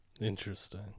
interesting